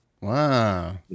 Wow